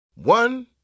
One